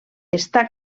està